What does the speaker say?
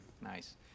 Nice